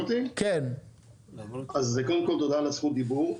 אז קודם כל תודה על זכות הדיבור.